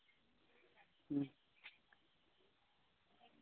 ᱦᱩᱸ